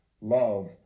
Love